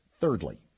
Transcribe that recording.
Thirdly